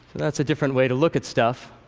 that's a different way to look at stuff.